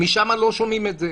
משם לא שומעים את זה.